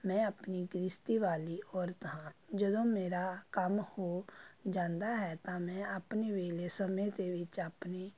ਮੈਂ ਆਪਣੀ ਗ੍ਰਹਿਸਥੀ ਵਾਲੀ ਔਰਤ ਹਾਂ ਜਦੋਂ ਮੇਰਾ ਕੰਮ ਹੋ ਜਾਂਦਾ ਹੈ ਤਾਂ ਮੈਂ ਆਪਣੇ ਵਿਹਲੇ ਸਮੇਂ ਦੇ ਵਿੱਚ ਆਪਣੇ